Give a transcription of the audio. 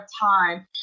time